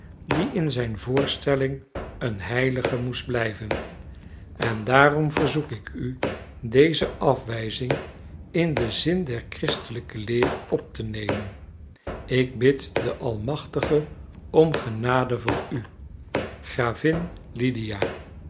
die in zijn voorstelling een heilige moest blijven en daarom verzoek ik u deze afwijzing in den zin der christelijke leer op te nemen ik bid den almachtige om genade voor u gravin lydia